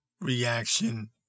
reaction